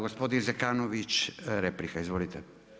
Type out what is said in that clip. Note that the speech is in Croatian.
Gospodin Zekanović replika, izvolite.